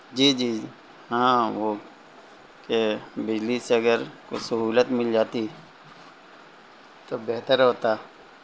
جی جی ہاں وہ کہ بجلی سے اگر کچھ سہولت مل جاتی تو بہتر ہوتا